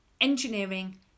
Engineering